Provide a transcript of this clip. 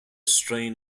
strain